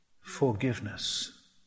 forgiveness